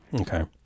Okay